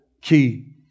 key